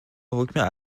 حکم